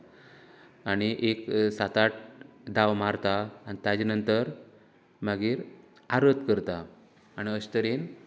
आनी एक सात आठ डाव मारता आनी ताचें नंतर मागीर आरत करता आन् आशें तरेन